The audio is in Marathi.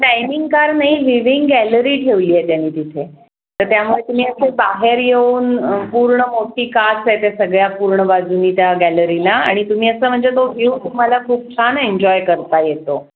डायनिंग कार नाही विविंग गॅलरी ठेवली आहे त्यांनी तिथे तर त्यामुळे तुम्ही असे बाहेर येऊन पूर्ण मोठी काच आहे त्या सगळ्या पूर्ण बाजूनी त्या गॅलरीला आणि तुम्ही असं म्हणजे तो व्यू तुम्हाला खूप छान एन्जॉय करता येतो